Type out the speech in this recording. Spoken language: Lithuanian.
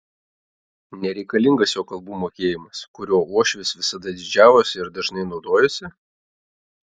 nereikalingas jo kalbų mokėjimas kuriuo uošvis visada didžiavosi ir dažnai naudojosi